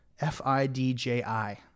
F-I-D-J-I